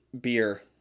beer